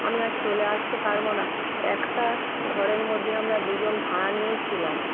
আমি আর চলে আসতে পারবো না একটা ঘরের মধ্যে আমরা দুজন ভাঁড়া নিয়ে ছিলাম